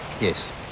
Yes